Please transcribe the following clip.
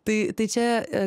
tai tai čia